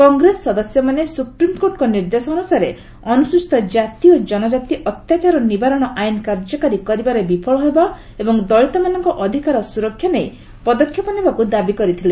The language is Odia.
କଂଗ୍ରେସ ସଦସ୍ୟମାନେ ସୁପ୍ରିମ୍କୋର୍ଟଙ୍କ ନିର୍ଦ୍ଦେଶ ଅନୁସାରେ ଅନୁସ୍କଚିତ ଜାତି ଓ କନଜାତି ଅତ୍ୟାଚାର ନିବାରଣ ଆଇନ୍ କାର୍ଯ୍ୟକାରୀ କରିବାରେ ବିଫଳ ହେବା ଏବଂ ଦଳିତମାନଙ୍କ ଅଧିକାର ସୁରକ୍ଷା ନେଇ ପଦକ୍ଷେପ ନେବାକୁ ଦାବି କରିଥିଲେ